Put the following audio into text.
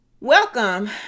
welcome